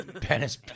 penis